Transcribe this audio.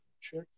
Check